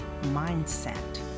mindset